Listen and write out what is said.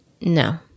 No